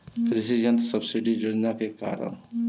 कृषि यंत्र सब्सिडी योजना के कारण?